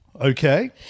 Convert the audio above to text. Okay